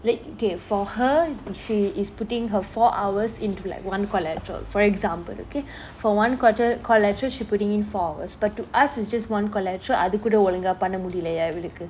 la~ okay for her and she is putting her four hours into like one collateral for example okay for one colla~ collateral she putting in four hours but to us is just one collateral அதுகூட ஒழுங்கா பண்ண முடிலய இவளுக்கு :athukuda olunga panna mudilaya ivaluku